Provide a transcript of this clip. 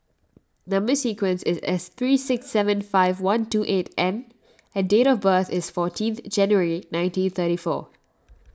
Number Sequence is S three six seven five one two eight N and date of birth is fourteenth January nineteen thirty four